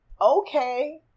okay